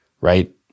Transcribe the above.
right